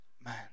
man